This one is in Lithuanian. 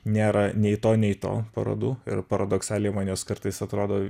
nėra nei to nei to parodų ir paradoksaliai man jos kartais atrodo